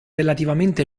relativamente